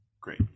great